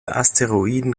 asteroiden